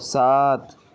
سات